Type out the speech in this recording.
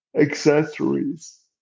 Accessories